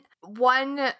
one